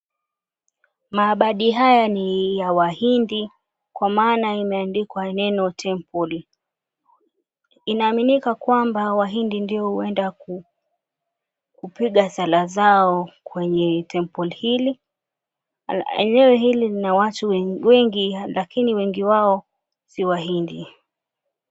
Maabadi haya ni ya wahindi kwa sababu ina neno temple , inaaminika kwamba wahindi ndio huenda kupiga sala zao katika temple hili. Eneo hili lina watu wengi lakini wengi wao si wahindi.